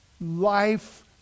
life